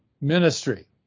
ministry